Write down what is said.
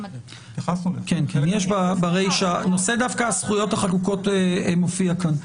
נושא הזכויות החלוקות דווקא מופיע כאן.